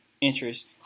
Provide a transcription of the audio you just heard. interest